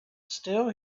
still